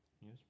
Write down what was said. yes